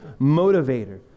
motivator